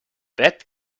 that